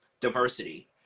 diversity